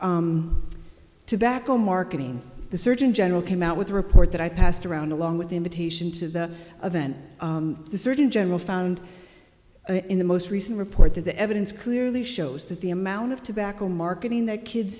tobacco marketing the surgeon general came out with a report that i passed around along with the invitation to the event the surgeon general found in the most recent report that the evidence clearly shows that the amount of tobacco marketing that kids